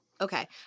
Okay